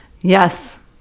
Yes